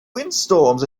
windstorms